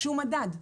מדד.